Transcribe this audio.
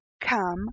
come